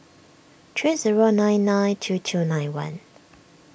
three zero nine nine two two nine one